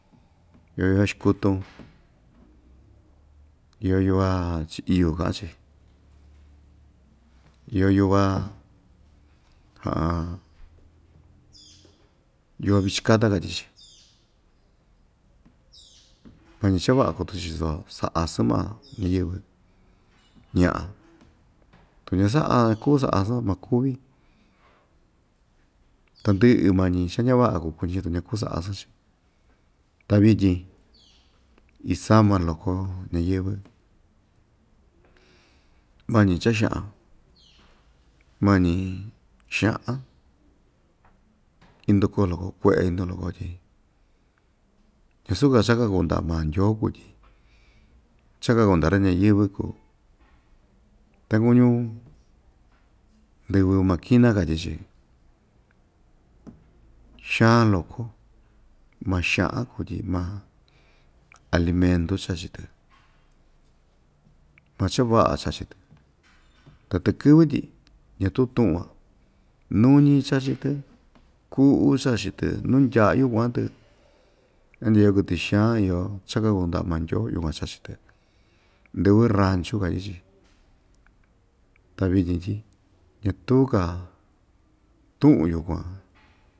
Iyo yuva sikutun iyo yuva chiiyu kaꞌa‑chi iyo yuva yuva vichin kata katyi‑chi mañi cha vaꞌa kuu tuku‑chi soo saa asɨɨn maa ñiyɨvɨ ñaꞌa tu ña sa aa ñakuu saa asɨn ñakuvi tandɨꞌɨ mañi cha ñavaꞌa kuu kuñi ta ñakuu saa asɨɨn‑chi ta vityin isama loko ñayɨ́vɨ́ mañi cha xaꞌan mañi xaꞌan indukoo loko kueꞌe indukoo loko tyi ñasuu‑ka cha ikaku ndaꞌa ndyoo kuu tyi cha ikaaku ndaꞌa ra ñayɨ́vɨ́ kuu takuñu ndɨvɨ makina katyi‑chi xaan loko maa xaꞌan kuu tyi maa alimentu chachi‑tɨ maa cha vaꞌa chachi‑tɨ ta tɨkɨ́vɨ́ tyi ñatuu tuꞌun van nuñi chachi‑tɨ kuꞌu chachi‑tɨ nuu ndyaꞌayu kuaꞌan‑tɨ andya iyo kɨtɨ xaan iyo cha kaku ndaꞌa maa ndyoo yukuan chachi‑tɨ ndɨvɨ ranchu katyi‑chi ta vityin tyi natuu‑ka tuꞌun yukuan.